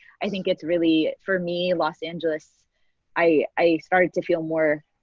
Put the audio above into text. i think it's really for me, los angeles i started to feel more